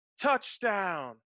Touchdown